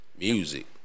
music